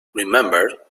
remember